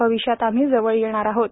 भविष्यात आम्ही जवळ येणार आहोत